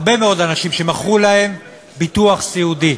הרבה מאוד אנשים, שמכרו להם ביטוח סיעודי,